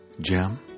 Jim